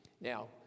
Now